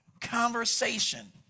conversation